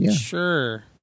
Sure